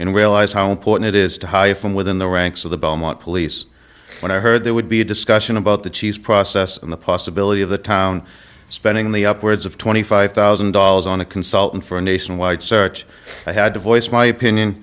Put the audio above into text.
and realize how important it is to hire from within the ranks of the belmont police when i heard there would be a discussion about the cheese process in the possibility of the town spending the upwards of twenty five thousand dollars on a consultant for a nationwide search i had to voice my opinion